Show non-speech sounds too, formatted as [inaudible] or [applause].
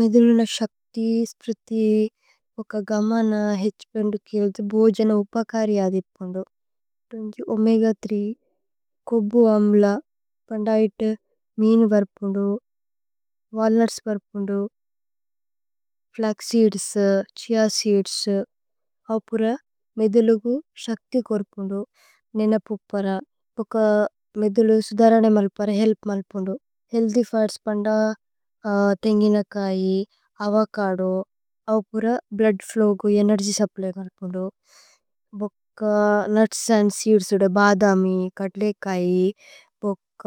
മേധുലു ന ശക്ഥി സ്പ്രിഥി ഓക ഗമന ഹേഛ്പേന്ദു। കേല്ദു ബോജന ഉപകരി അദിപ്പുന്ദു ഓമേഗ കോബ്ബു അമ്ല। പന്ദയേതേ മീനു വര്പുന്ദു വല്നുത്സ് വര്പുന്ദു ഫ്ലക്സ്। സീദ്സ് ഛിഅ സീദ്സ് അപുര മേധുലുഗു ശക്ഥി കോരുപുന്ദു। നേനപ് ഉപ്പര [hesitation] ഓക മേധുലു സുദരനേ। മലുപ്പര ഹേല്പ് മലുപ്പുന്ദു ഹേഅല്ഥ്യ് ഫ്രുഇത്സ് പന്ദ। തേന്ഗിന കൈ, അവോചദോ, അപുര ബ്ലൂദ് ഫ്ലോവ് ഗു ഏനേര്ഗ്യ്। സുപ്പ്ല്യ് വര്പുന്ദു ഓക [hesitation] നുത്സ് അന്ദ് സീദ്സ്। സുദ ബദമി കത്ലേ കൈ [hesitation] ഓക